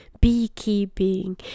beekeeping